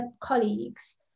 colleagues